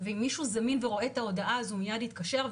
ואם מישהו זמין ורואה את ההודעה הזאת הוא מייד יתקשר,